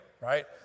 Right